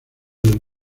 del